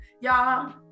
Y'all